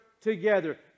together